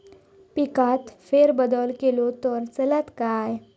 पिकात फेरबदल केलो तर चालत काय?